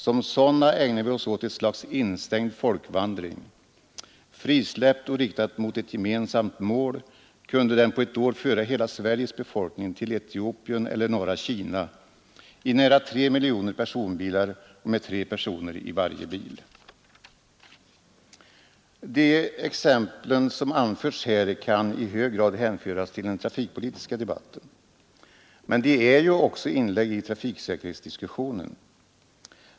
Som sådana ägnar vi oss åt ett slags instängd folkvandring. Frisläppt och riktad mot ett gemensamt mål kunde den på ett år föra hela Sveriges befolkning till Etiopien eller norra Kina, i nära tre miljoner personbilar och med tre personer i varje bil. De exempel som anförts kan i hög grad hänföras till den trafikpolitiska debatten, men de är också inlägg i trafiksäkerhetsdiskussionen.